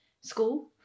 school